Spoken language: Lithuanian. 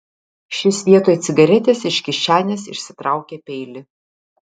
šis vietoj cigaretės iš kišenės išsitraukė peilį